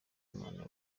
imana